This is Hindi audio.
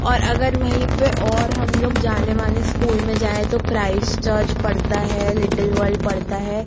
और अगर वहीं पर और हम लोग जाने माने स्कूल में जाऍं तो क्राइस चर्च पड़ता है लिटिल वर्ड पड़ता है